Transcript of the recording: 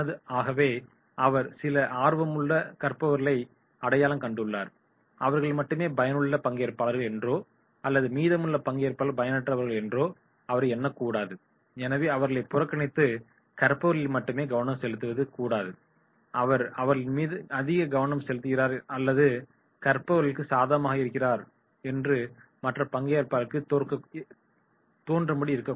ஆகவே அவர் சில ஆர்வமுடன் கற்பவர்களை அடையாளம் கண்டுள்ளார் அவர்கள் மட்டுமே பயனுள்ள பங்கேற்பாளர்கள் என்றோ அல்லது மீதமுள்ள பங்கேற்பாளர்கள் பயனற்றவர்கள் என்றோ அவர் எண்ணக்கூடாது எனவே அவர்களைப் புறக்கணித்து கற்பவர்களில் மட்டுமே கவனம் செலுத்துவது கூடாது அவர் அவர்களின் மீது அதிக கவனம் செலுத்துகிறார் அல்லது கற்பவர்களுக்கு சாதகமாக இருக்கிறார் என்று மற்ற பங்கேற்பாளர்களுக்கு தோன்றுபடி இருக்கக்கூடாது